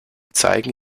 zeigen